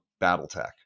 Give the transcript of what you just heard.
Battletech